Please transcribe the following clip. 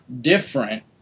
different